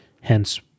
Hence